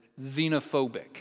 xenophobic